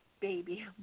Baby